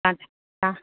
अछ हा